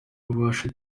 babashe